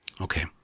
okay